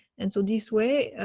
and so this way.